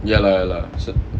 ya lah ya lah so